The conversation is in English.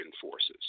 Forces